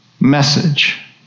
message